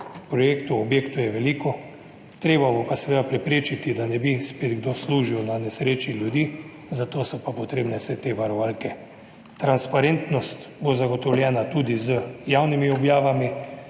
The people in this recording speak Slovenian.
projektov, objektov je veliko. Treba bo pa seveda preprečiti, da ne bi spet kdo služil na nesreči ljudi, za to so pa potrebne vse te varovalke. Transparentnost bo zagotovljena tudi z javnimi objavami.